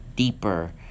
deeper